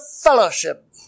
fellowship